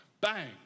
bang